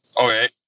Okay